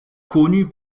connue